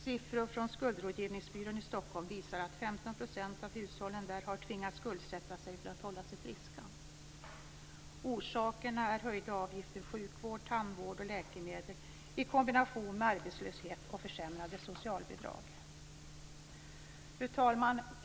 Siffror från skuldrådgivningsbyrån i Stockholm visar att 15 % av hushållen där har tvingats skuldsätta sig för att hålla sig friska. Orsakerna är höjda avgifter för sjukvård, tandvård och läkemedel i kombination med arbetslöshet och försämrade socialbidrag. Fru talman!